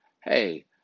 hey